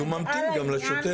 אז הוא ממתין גם לשוטר.